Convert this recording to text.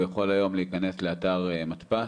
הוא יכול היום להיכנס לאתר מתפ"ש,